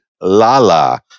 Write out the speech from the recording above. Lala